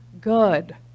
good